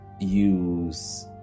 use